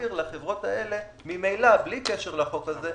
שמתיר לחברות האלה ממילא, בלי קשר לחוק הזה,